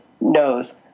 knows